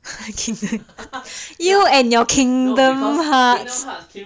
kindgom you and your kingdom hearts